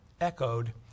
echoed